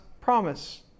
promise